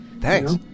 Thanks